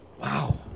wow